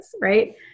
right